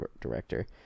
director